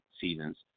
seasons